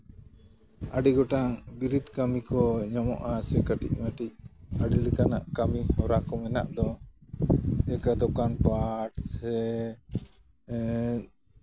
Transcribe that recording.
ᱟᱹᱰᱤ ᱜᱚᱴᱟᱝ ᱵᱤᱨᱤᱫ ᱠᱟᱹᱢᱤ ᱠᱚ ᱧᱟᱢᱚᱜᱼᱟ ᱥᱮ ᱠᱟᱹᱴᱤᱡ ᱢᱟᱴᱤᱡ ᱟᱹᱰᱤ ᱞᱠᱟᱱᱟᱜ ᱠᱟᱹᱢᱤ ᱦᱚᱨᱟ ᱠᱚ ᱢᱮᱱᱟᱜ ᱫᱚ ᱤᱛᱟᱹ ᱫᱚᱠᱟᱱ ᱯᱟᱴ ᱥᱮ